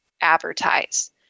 advertise